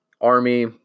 Army